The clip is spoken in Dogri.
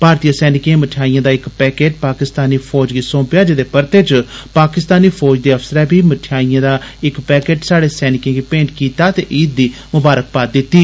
भारतीय सैनिकें मठेयाइएं दा इक पैकेट पाकिस्तानी फौज गी सोपेआ जेदे परते च पाकिस्तानी फौज दे अफसरै बी मठेयाइए दा इक पैकेट स्हाड़े सैनिकें गी भेंट कीता ते ईद दी ममारखबाद दिती